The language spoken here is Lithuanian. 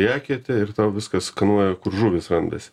ar į eketę ir tau viską skanuoja kur žuvys randasi